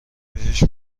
بهش